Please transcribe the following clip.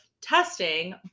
testing